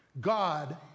God